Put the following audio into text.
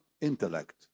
intellect